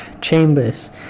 Chambers